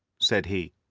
said he.